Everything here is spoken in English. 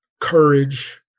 courage